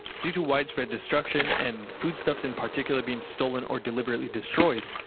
due to widespread destruction, and foodstuffs in particular being stolen or deliberately destroyed,